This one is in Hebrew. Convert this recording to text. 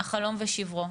החלום ושברו.